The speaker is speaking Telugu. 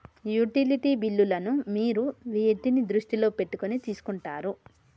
యుటిలిటీ బిల్లులను మీరు వేటిని దృష్టిలో పెట్టుకొని తీసుకుంటారు?